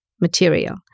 material